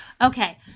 Okay